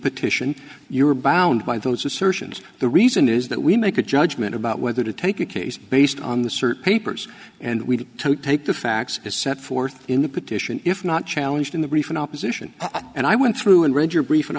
petition you are bound by those assertions the reason is that we make a judgment about whether to take a case based on the search papers and we take the facts as set forth in the petition if not challenged in the brief in opposition and i went through and read your brief in